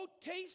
taste